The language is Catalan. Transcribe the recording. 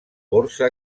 borsa